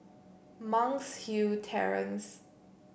Monk's Hill Terrace